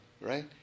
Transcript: Right